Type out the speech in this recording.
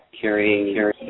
carrying